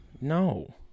no